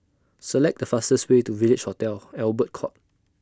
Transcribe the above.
Select The fastest Way to Village Hotel Albert Court